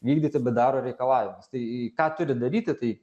vykdyti bdaro reikalavimus tai ką turi daryti tai